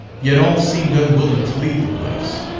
yet all seemed unwilling to leave the place,